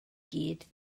gyd